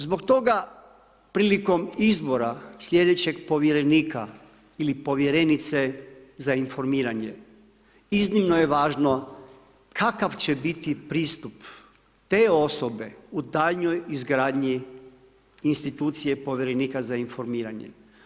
Zbog toga prilikom izbora slijedećeg povjerenika ili povjerenice za informiranje, iznimno je važno kakav će biti pristup te osobe u daljnjoj izgradnji institucije povjerenika za informiranje.